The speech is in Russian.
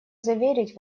заверить